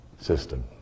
system